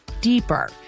deeper